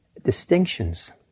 distinctions